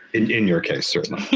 in in your case, certainly.